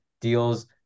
deals